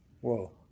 whoa